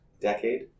decade